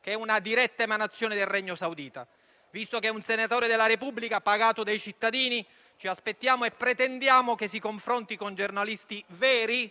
che è una diretta emanazione del Regno saudita. Visto che è un senatore della Repubblica pagato dai cittadini, ci aspettiamo e pretendiamo che si confronti con giornalisti veri,